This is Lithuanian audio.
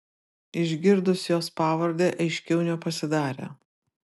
išgirdus jos pavardę aiškiau nepasidarė